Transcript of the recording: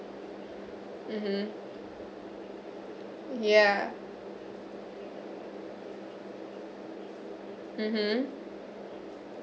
mmhmm ya mmhmm